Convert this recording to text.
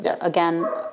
Again